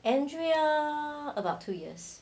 andrea about two years